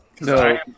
No